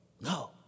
No